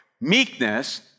Meekness